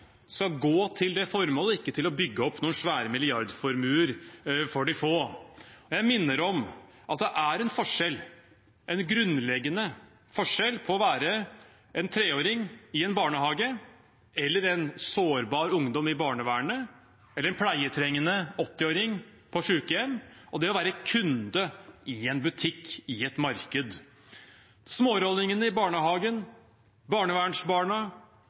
skal gå til det formålet, ikke til å bygge opp svære milliardformuer for de få. Jeg minner om at det er en forskjell, en grunnleggende forskjell, på å være en treåring i en barnehage, en sårbar ungdom i barnevernet, en pleietrengende 80-åring på sykehjem og det å være kunde i en butikk i et marked. Smårollingene i barnehagen, barnevernsbarna